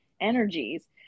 energies